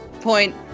point